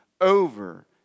over